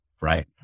Right